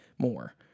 More